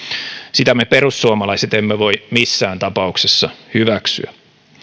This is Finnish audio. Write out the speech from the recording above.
sitä me perussuomalaiset emme voi missään tapauksessa hyväksyä